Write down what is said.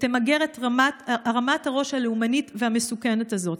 תמגר את הרמת הראש הלאומנית והמסוכנת הזאת